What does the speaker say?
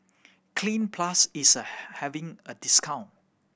Cleanz Plus is having a discount